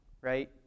right